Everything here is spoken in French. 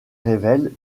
révèle